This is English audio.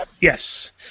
Yes